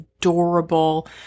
Adorable